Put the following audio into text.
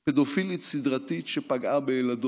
פדופילית סדרתית, שפגעה בילדות.